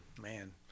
man